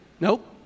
Nope